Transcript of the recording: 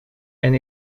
and